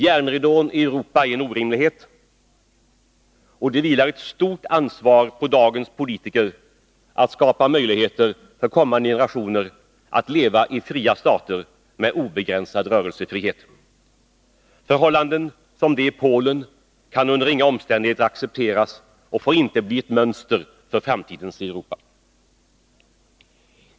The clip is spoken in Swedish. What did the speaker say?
Järnridån i Europa är en orimlighet, och det vilar ett stort ansvar på dagens politiker att skapa möjligheter för kommande generationer att leva i fria stater med obegränsad rörelsefrihet. Förhållanden som de i Polen kan under inga omständigheter accepteras och får inte bli ett mönster för framtidens Europa.